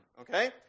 okay